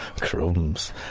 Crumbs